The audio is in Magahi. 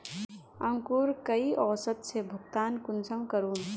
अंकूर कई औसत से भुगतान कुंसम करूम?